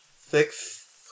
Six